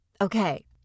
Okay